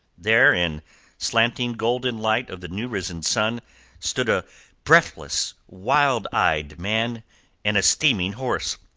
there in slanting golden light of the new-risen sun stood a breathless, wild-eyed man and a steaming horse.